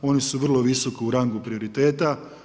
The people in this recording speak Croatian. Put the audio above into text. Oni su vrlo visoko u rangu prioriteta.